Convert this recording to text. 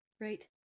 Right